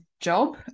job